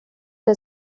der